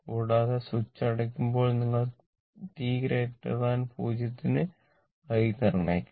കൂടാതെ സ്വിച്ച് അടയ്ക്കുമ്പോൾ നിങ്ങൾ t 0 ന് i നിർണ്ണയിക്കണം